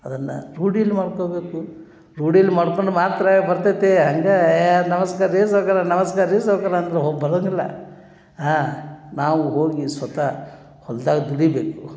ಅದನ್ನು ರೂಢಿಲಿ ಮಾಡ್ಕೊಳ್ಬೇಕು ರೂಢಿಲಿ ಮಾಡ್ಕೊಂಡು ಮಾತ್ರ ಬರ್ತೈತೆ ಹಂಗೆ ಏ ನಮಸ್ಕಾರ ರೀ ಸಾಹುಕಾರ ನಮಸ್ಕಾರ ರೀ ಸಾಹುಕಾರ ಅಂದ್ರೆ ಹೋಗಿ ಬರೋಂಗಿಲ್ಲ ಹಾ ನಾವು ಹೋಗಿ ಸ್ವತಃ ಹೊಲ್ದಾಗ ದುಡಿಬೇಕು